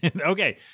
Okay